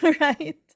right